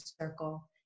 circle